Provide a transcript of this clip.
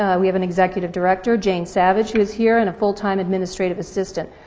ah we have an executive director, jane savage, who is here and a full-time administrative assistant,